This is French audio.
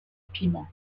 piment